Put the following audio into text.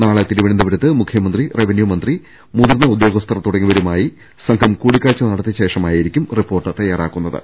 നാളെ തിരുവനന്തപുരത്ത് മുഖൃമന്ത്രി റെവന്യു മന്ത്രി മുതിർന്ന ഉദ്യോഗസ്ഥർ തുടങ്ങിയവരുമായി സംഘം കൂടിക്കാഴ്ച്ച നടത്തിയ ശേഷമായിരിക്കും റിപ്പോർട്ട് തയാറാക്കുന്ന ത്